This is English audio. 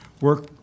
work